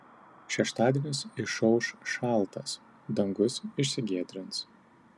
šeštadienis išauš šaltas dangus išsigiedrins